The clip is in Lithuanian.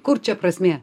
kur čia prasmė